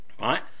right